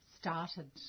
started